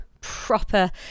proper